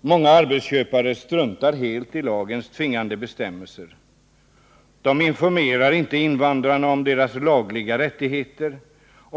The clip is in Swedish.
Många arbetsköpare struntar helt i lagens tvingande bestämmelser. De informerar inte invandrarna om deras lagliga rättigheter.